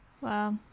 Wow